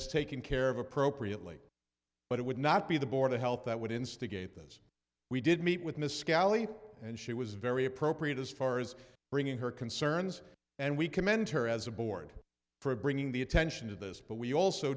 it's taken care of appropriately but it would not be the board of health that would instigate this we did meet with miss scally and she was very appropriate as far as bringing her concerns and we commend her as a board for bringing the attention to this but we also